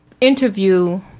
interview